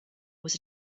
was